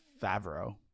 Favreau